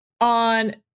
on